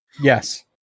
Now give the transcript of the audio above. Yes